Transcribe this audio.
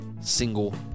single